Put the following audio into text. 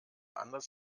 anders